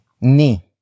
ni